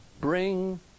Bring